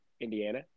Indiana